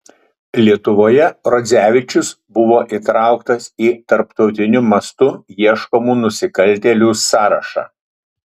lietuvoje rodzevičius buvo įtrauktas į tarptautiniu mastu ieškomų nusikaltėlių sąrašą